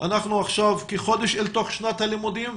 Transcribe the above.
אנחנו עכשיו כחודש מאז התחילה שנת הלימודים,